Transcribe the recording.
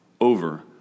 over